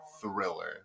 thriller